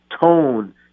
tone